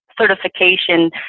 Certification